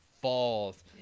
falls